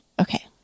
Okay